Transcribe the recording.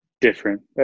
different